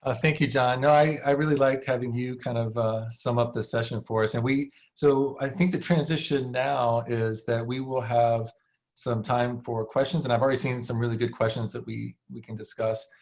ah thank you, john. i really liked having you kind of sum up the session for us. and so i think the transition now is that we will have some time for questions. and i've already seen some really good questions that we we can discuss.